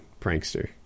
prankster